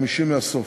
חמישית מהסוף.